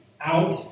Out